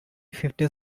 fifty